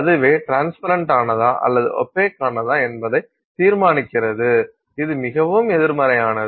அதுவே ட்ரான்ஸ்பரன்ட் ஆனதா அல்லது ஓப்பேக்கா என்பதை தீர்மானிக்கிறது இது மிகவும் எதிர்மறையானது